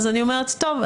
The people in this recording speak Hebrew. אני אומרת: טוב,